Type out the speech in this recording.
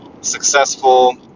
successful